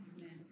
Amen